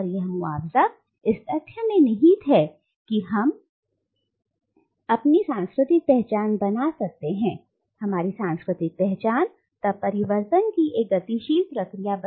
और यह मुआवजा इस तथ्य में निहित है कि हम हम सब निर्वासन के रूप में विस्थापित मनुष्यों के रूप में दुनिया की सभी संस्कृतियों के लिए एक उत्तराधिकारी बन जाते हैं और संपूर्ण दुनिया के असमान तत्वों को मिलाकर अपनी सांस्कृतिक पहचान बना सकते हैं